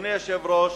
אדוני היושב-ראש,